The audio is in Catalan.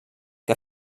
que